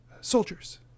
soldiers